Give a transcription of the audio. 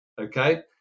Okay